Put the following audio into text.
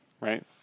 right